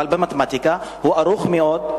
במתמטיקה הוא ארוך מאוד,